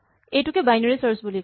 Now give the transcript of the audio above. এইটোকে binary search বুলি কয়